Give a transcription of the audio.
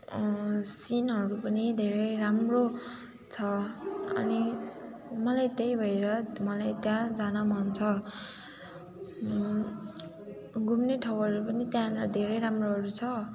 सिनहरू पनि धेरै राम्रो छ अनि मलाई त्यही भएर मलाई त्यहाँ जान मन छ घुम्ने ठाउँहरू पनि त्यहाँ धेरै राम्रोहरू छ